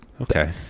Okay